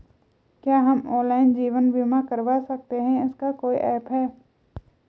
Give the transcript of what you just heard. क्या हम ऑनलाइन जीवन बीमा करवा सकते हैं इसका कोई ऐप है?